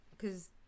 Cause